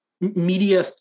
media